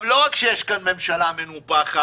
לא רק שיש כאן ממשלה מנופחת,